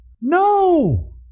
No